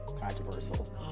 controversial